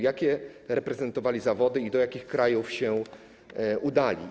Jakie reprezentowali zawody i do jakich krajów się udali?